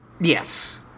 Yes